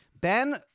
Ben